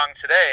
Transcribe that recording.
today